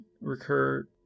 recur